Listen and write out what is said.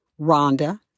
Rhonda